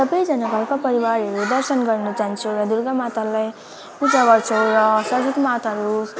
सबाजना घरका परिवारहेरू दर्शन गर्न जान्छौँ र दुर्गा मातालाई पूजा गर्छौँ र सरस्वती माता होस्